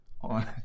on